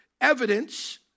evidence